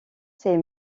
ces